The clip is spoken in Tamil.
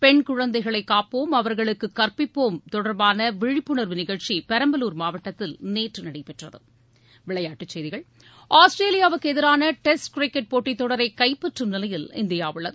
பெண்குழந்தைகளை காப்போம் அவர்களுக்கு கற்பிப்போம் தொடர்பான விழிப்புணர்வு நிகழ்ச்சி பெரம்பலூர் மாவட்டத்தில் நேற்று நடைபெற்றது விளையாட்டுச் செய்திகள் ஆஸ்திரேலியாவுக்கு எதிரான டெஸ்ட் கிரிக்கெட் போட்டித் தொடரை கைப்பற்றும் நிலையில் இந்தியா உள்ளது